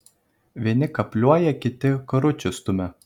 vieni kapliuoja kiti karučius stumia